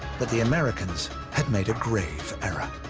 but the americans had made a grave error.